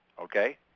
Okay